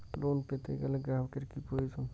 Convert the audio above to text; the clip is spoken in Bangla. লোন পেতে গেলে গ্রাহকের কি প্রয়োজন?